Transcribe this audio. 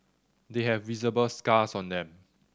they have visible scars on them